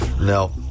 no